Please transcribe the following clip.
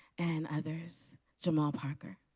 and others, jamal parker.